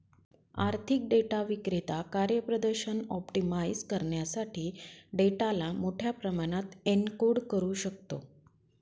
आर्थिक डेटा विक्रेता कार्यप्रदर्शन ऑप्टिमाइझ करण्यासाठी डेटाला मोठ्या प्रमाणात एन्कोड करू शकतो